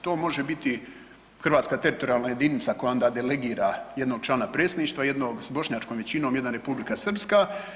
To može biti hrvatska teritorijalna jedinica koja onda delegira jednog člana predsjedništva, jednog s bošnjačkom većinom, jedna Republika Srpska.